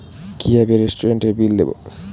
কিভাবে রেস্টুরেন্টের বিল দেবো?